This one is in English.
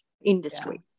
industry